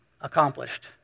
Accomplished